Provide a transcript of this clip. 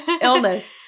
illness